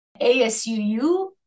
ASUU